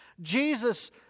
Jesus